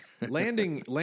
Landing